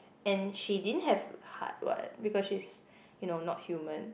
and she didn't have heart what because she's you know not human